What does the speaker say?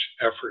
effort